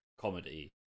comedy